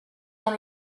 dans